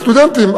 יש סטודנטים,